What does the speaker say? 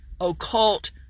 occult